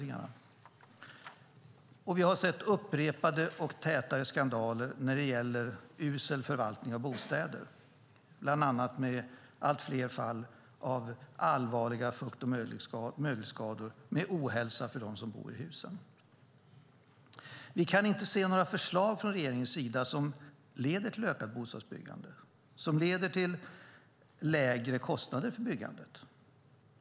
Vi har dessutom sett upprepade skandaler när det gäller usel förvaltning av bostäder, bland annat med allt fler fall av allvarliga fukt och mögelskador med ohälsa som följd för dem som bor i dessa hus. Vi kan inte se några förslag från regeringen som leder till ökat bostadsbyggande och till lägre kostnader för byggandet.